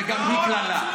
וגם היא קללה.